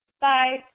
Bye